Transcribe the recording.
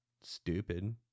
Stupid